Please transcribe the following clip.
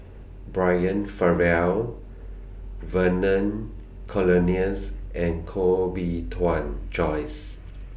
Brian Farrell Vernon Cornelius and Koh Bee Tuan Joyce